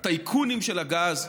הטייקונים של הגז,